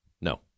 No